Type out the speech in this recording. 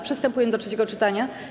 Przystępujemy do trzeciego czytania.